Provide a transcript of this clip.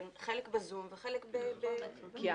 חלק ב"זום" וחלק נוכחים?